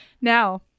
Now